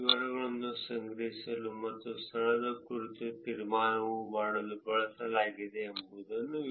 ಟ್ವಿಟರ್ಗಾಗಿ geo tag ಮಾಡಲಾದ ಸ್ಥಳದ ಬಲವನ್ನು ನಿರ್ಣಯಿಸುವ ಕಾರ್ಯದಲ್ಲಿ ಬಳಸಲಾಗುವ ಏಕೈಕ ಗುಣಲಕ್ಷಣವಾಗಿದೆ